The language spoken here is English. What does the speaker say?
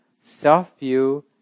self-view